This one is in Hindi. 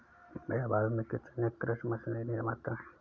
भैया भारत में कितने कृषि मशीनरी निर्माता है?